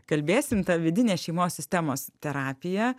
kalbėsim ta vidine šeimos sistemos terapija